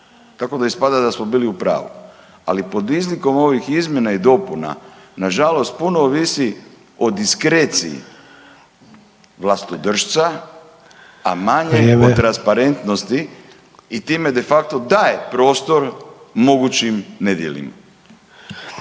tako da ispada da smo bili u pravu. Ali pod izlikom ovih izmjena i dopuna, nažalost puno ovisi o diskreciji vlastodršca, …/Upadica Sanader: Vrijeme./… a manje o transparentnosti i time de facto daje prostor mogućim nedjelima.